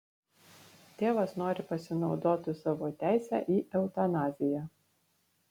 tėvas nori pasinaudoti savo teise į eutanaziją